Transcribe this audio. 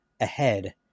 ahead